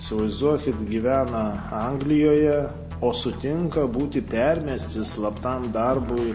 įsivaizduokit gyvena anglijoje o sutinka būti permesti slaptam darbui